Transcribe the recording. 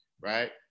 right